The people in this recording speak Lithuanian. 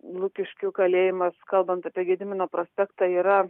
lukiškių kalėjimas kalbant apie gedimino prospektą yra